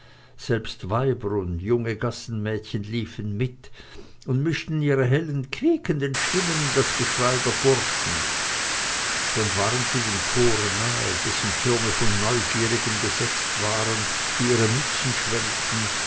selbst weiber und junge gassenmädchen liefen mit und mischten ihre hellen quiekenden stimmen in das geschrei der burschen schon waren sie dem tore nah dessen türme von neugierigen besetzt waren die ihre mützen schwenkten